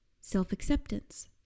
self-acceptance